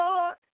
Lord